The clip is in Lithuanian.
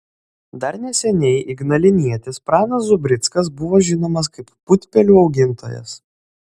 dar neseniai ignalinietis pranas zubrickas buvo žinomas kaip putpelių augintojas